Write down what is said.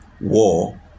war